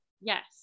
Yes